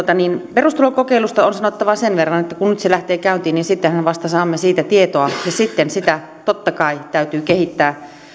perustulokokeilusta on sanottava sen verran että kun se nyt lähtee käyntiin niin sittenhän vasta saamme siitä tietoa ja sitten sitä totta kai täytyy kehittää